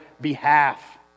behalf